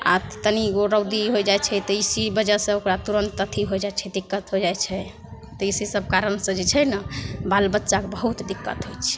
आओर तनिगो रौदी होइ जाइ छै तऽ इसी वजहसे ओकरा तुरन्त अथी हो जाइ छै दिक्कत हो जाइ छै तऽ इसी सब कारणसे जे छै ने बाल बच्चाके बहुत दिक्कत होइ छै